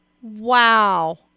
Wow